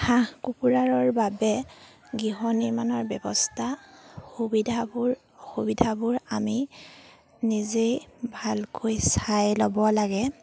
হাঁহ কুকুৰাৰৰ বাবে গৃহ নিৰ্মাণৰ ব্যৱস্থা সুবিধাবোৰ অসুবিধাবোৰ আমি নিজেই ভালকৈ চাই ল'ব লাগে